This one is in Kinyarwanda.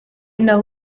n’aho